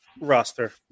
roster